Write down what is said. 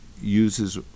uses